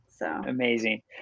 Amazing